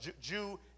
Jew